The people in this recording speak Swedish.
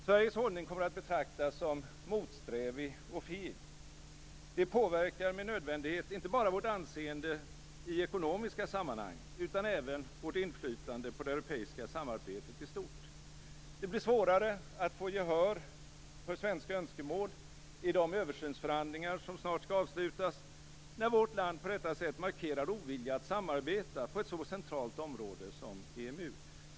Sveriges hållning kommer att betraktas som motsträvig och feg. Det påverkar med nödvändighet, inte bara vårt anseende i ekonomiska sammanhang utan även vårt inflytande på det europeiska samarbetet i stort. Det blir svårare att få gehör för svenska önskemål vid de översynsförhandlingar som snart skall avslutas när vårt land på detta sätt markerar en ovilja att samarbeta på ett så centralt område som EMU.